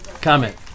Comment